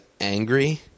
angry